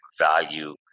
value